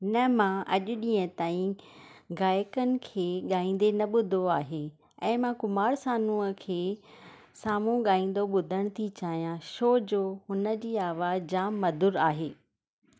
न मां अॼु ॾींहं ताईं गायकनि खे गाईंदे ना ॿुधो आहे ऐं मां कुमार सानूअ खे साम्हूं गाईंदो ॿुधण थी चाहियां छो जो हुन जी अवाज़़ु जाम मधूरु आहे